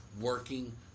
working